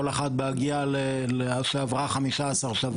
כל אחת שעברה 15 שבועות.